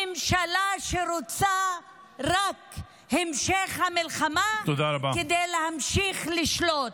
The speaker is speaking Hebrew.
ממשלה שרוצה רק את המשך המלחמה כדי להמשיך לשלוט.